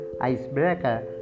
Icebreaker